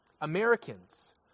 Americans